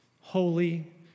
holy